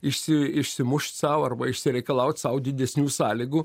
išsi išsimušt sau arba išsireikalaut sau didesnių sąlygų